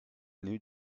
new